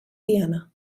diana